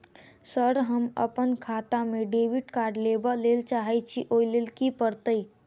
Sir हम अप्पन खाता मे डेबिट कार्ड लेबलेल चाहे छी ओई लेल की परतै?